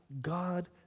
God